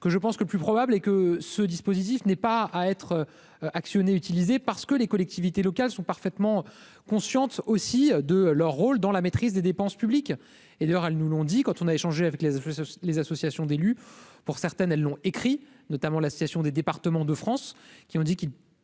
Que je pense que le plus probable est que ce dispositif n'est pas à être actionnés utilisé parce que les collectivités locales sont parfaitement consciente aussi de leur rôle dans la maîtrise des dépenses publiques et d'ailleurs, elle nous l'ont dit, quand on a échangé avec les les associations d'élus, pour certaines, elles l'ont écrit notamment l'association des départements de France, qui ont dit qu'il.